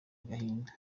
agahinda